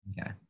Okay